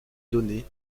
données